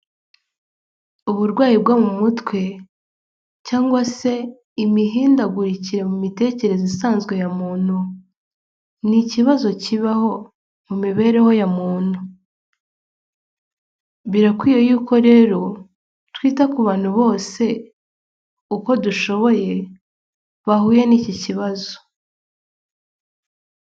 Uburwayi bwo mu mutwe cyangwa se imihindagurikire mu mitekerereze isanzwe ya muntu, ni ikibazo kibaho mu mibereho ya muntu, birakwiye yuko rero twita ku bantu bose uko dushoboye bahuye n'iki kibazo.